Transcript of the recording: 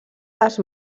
les